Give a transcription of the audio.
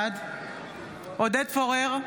בעד עודד פורר,